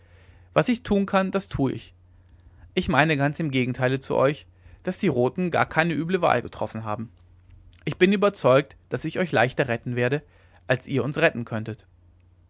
was ich tun kann das tue ich ich meine ganz im gegenteile zu euch daß die roten gar keine üble wahl getroffen haben ich bin überzeugt daß ich euch leichter retten werde als ihr uns retten könntet